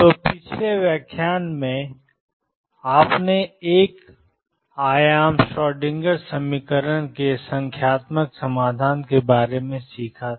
तो पिछले व्याख्यान में आपने एक आयाम श्रोडिंगर समीकरण के संख्यात्मक समाधान के बारे में सीखा था